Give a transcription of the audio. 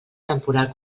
temporal